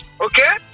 okay